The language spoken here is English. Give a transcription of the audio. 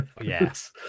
Yes